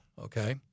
okay